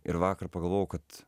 ir vakar pagalvojau kad